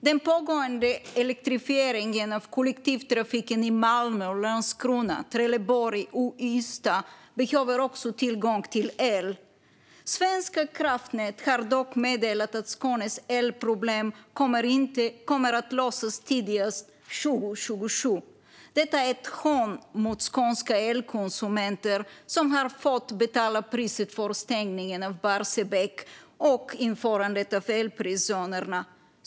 Den pågående elektrifieringen av kollektivtrafiken i Malmö, Landskrona, Trelleborg och Ystad behöver också tillgång till el. Svenska kraftnät har dock meddelat att Skånes elproblem tidigast kommer att lösas 2027. Detta är ett hån mot skånska elkonsumenter, som har fått betala priset för stängningen av Barsebäck och införandet av elpriszonerna.